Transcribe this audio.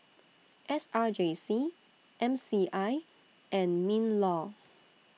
S R J C M C I and MINLAW